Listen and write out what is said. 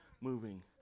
moving